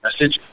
message